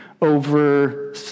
over